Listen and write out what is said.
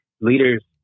leaders